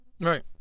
Right